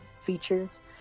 features